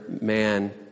man